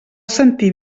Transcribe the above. sentir